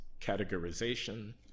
categorization